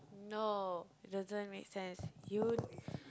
no doesn't make sense you